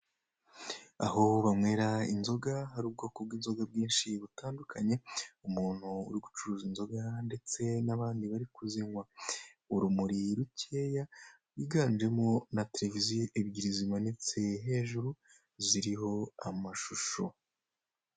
Aho banywera inzoga hari ubwoko bw'inzoga bwinshi butandukanye. Umuntu uri gucuruza inzoga, ndetse n'abandi bari kuzinywa. Urumuri rucyeya rwiganjemo na tereviziyo ebyiri zimanitse hejuru ziriho amashusho.